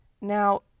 Now